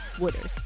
Wooders